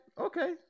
Okay